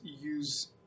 use